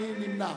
מי נמנע?